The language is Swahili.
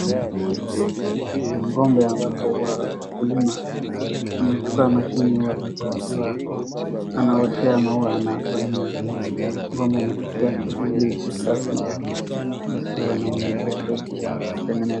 Kuna ng'ombe ambapo huwa mkulima amechukua mashine na sasa akiwa anaoshea maua anafanyia ng'ombe matiti yake ili ikuwe safi. Na sasa wanamnyunyizia tochi ya kutengeneza.